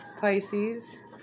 Pisces